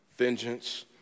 Vengeance